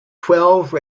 twelve